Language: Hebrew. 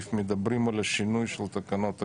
שבו מדברים על שינוי של תקנות הקרן.